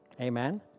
Amen